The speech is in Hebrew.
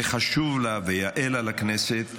וחשוב להביא הנה לכנסת כמנהגך,